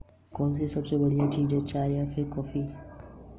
जमा कितने प्रकार के होते हैं?